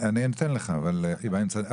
אני אתן לך, אבל היא באמצע.